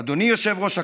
אדוני יושב-ראש הכנסת,